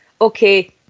okay